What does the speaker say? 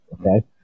Okay